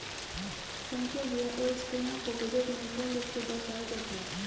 संचय व्यय और स्कीमों को बजट में पूर्ण रूप से दर्शाया जाता है